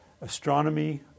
Astronomy